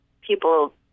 people